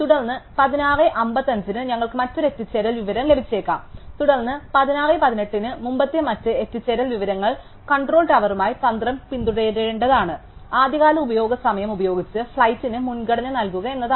തുടർന്ന് 1655 ന് ഞങ്ങൾക്ക് മറ്റൊരു എത്തിച്ചേരൽ വിവരം ലഭിച്ചേക്കാം തുടർന്ന് 1618 ന് മുമ്പത്തെ മറ്റ് എത്തിച്ചേരൽ വിവരങ്ങൾ കൺട്രോൾ ടവറുമായുള്ള തന്ത്രം പിന്തുടരേണ്ടതാണ് ആദ്യകാല ഉപയോഗ സമയം ഉപയോഗിച്ച് ഫ്ലൈറ്റിന് മുൻഗണന നൽകുക എന്നതാണ്